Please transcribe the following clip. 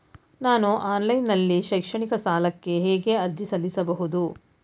ನಾನು ಆನ್ಲೈನ್ ನಲ್ಲಿ ಶೈಕ್ಷಣಿಕ ಸಾಲಕ್ಕೆ ಹೇಗೆ ಅರ್ಜಿ ಸಲ್ಲಿಸಬಹುದು?